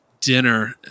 dinner